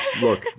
look